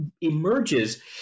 emerges